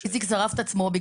איציק שרף את עצמו,